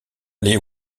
allée